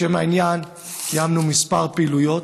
לשם העניין קיימנו כמה פעילויות,